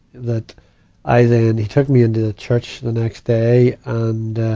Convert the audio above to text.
that i then, he took me into the church the next day, and, ah,